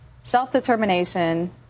self-determination